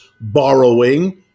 borrowing